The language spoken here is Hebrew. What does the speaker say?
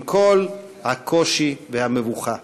עם כל הקושי והמבוכה.